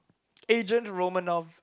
agent Romanoff